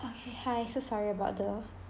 okay hi so sorry about the